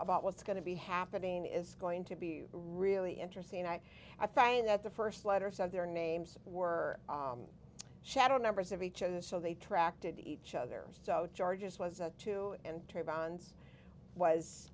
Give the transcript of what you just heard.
about what's going to be happening is going to be really interesting that i find that the first letter said their names were shadow numbers of each other so they track to each other so charges was a two and three bonds was